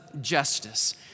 justice